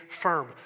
firm